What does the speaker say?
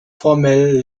formell